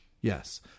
yes